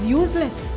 useless